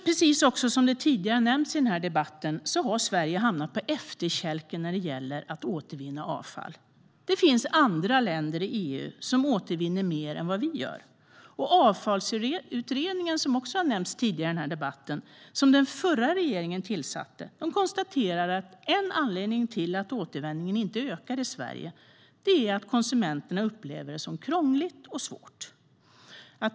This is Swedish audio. Precis som har nämnts tidigare i debatten har Sverige hamnat på efterkälken när det gäller att återvinna avfall. Det finns andra länder i EU som återvinner mer än vad vi gör. Avfallsutredningen, som också har nämnts tidigare i denna debatt och som den förra regeringen tillsatte, konstaterar att en anledning till att återvinningen inte ökar i Sverige är att konsumenterna upplever den som krånglig och svår.